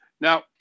Now